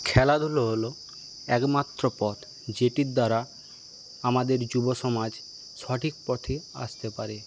খেলাধুলা হল একমাত্র পথ যেটির দ্বারা আমাদের যুব সমাজ সঠিক পথে আসতে পারে